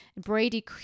Brady